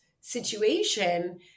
situation